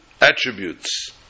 attributes